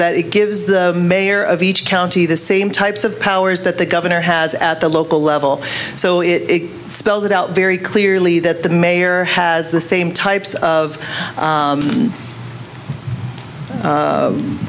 that it gives the mayor of each county the same types of powers that the governor has at the local level so it spells it out very clearly that the mayor has the same types of